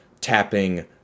tapping